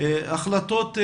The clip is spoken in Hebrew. החלטות מיידיות,